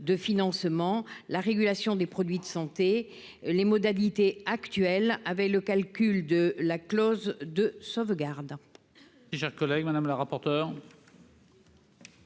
de financement, la régulation des produits de santé, les modalités actuelles avec le calcul de la clause de sauvegarde.